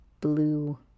blue